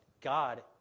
God